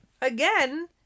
again